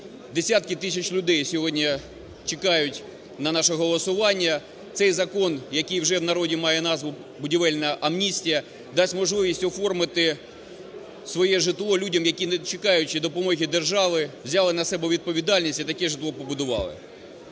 десятки тисяч людей сьогодні чекають на наше голосування цей закон, який вже в народі має назву "Будівельна амністія", дасть можливість оформити своє житло людям, які, не чекаючи допомоги держави, взяли на себе відповідальність і таке житло побудували.